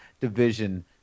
division